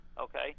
Okay